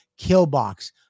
Killbox